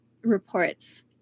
reports